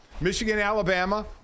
Michigan-Alabama